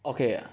okay